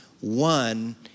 one